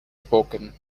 spoken